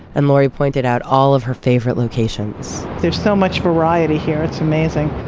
and lori pointed out all of her favorite locations there's so much variety here. it's amazing.